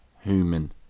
human